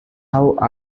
how